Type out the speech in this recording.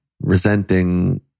resenting